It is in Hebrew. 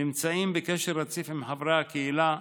נמצאים בקשר רציף עם חברי הקהילה,